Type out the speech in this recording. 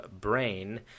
Brain